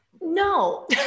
No